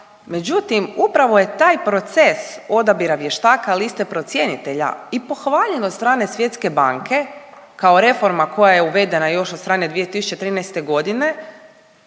međutim upravo je taj proces odabira vještaka liste procjenitelja i pohvaljen od strane Svjetske banke kao reforma koja je uvedena još od strane 2013. godine,